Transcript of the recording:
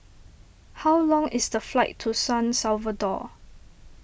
how long is the flight to San Salvador